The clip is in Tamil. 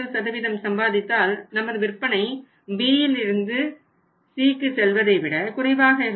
3 சம்பாதித்தால் நமது விற்பனை Bயிலிருந்து Cக்கு செல்வதை விட குறைவாக இருக்கும்